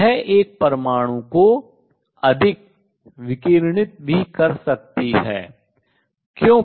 यह एक परमाणु को अधिक विकिरणित भी कर सकती है